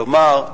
כלומר,